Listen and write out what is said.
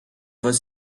was